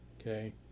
Okay